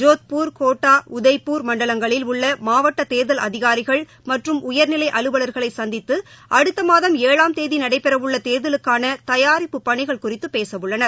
ஜோத்பூர் கோட்டா உதய்ப்பூர் மண்டலங்களில் உள்ளமாவட்டதேர்தல் அதிகாரிகள் மற்றும் உயர்நிலைஅலுவல்களைசந்தித்துஅடுத்தமாதம் ஏழாம் தேதிநடைபெறவுள்ளதேர்தலுக்கானதயாரிப்பு பணிகள் குறித்துபேசவுள்ளனர்